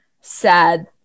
sad